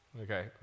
Okay